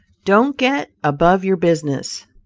don't get above your business